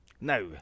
now